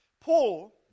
Paul